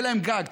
יהיה להן גג,